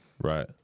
Right